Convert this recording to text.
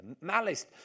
malice